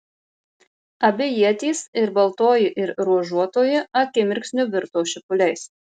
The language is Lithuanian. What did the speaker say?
abi ietys ir baltoji ir ruožuotoji akimirksniu virto šipuliais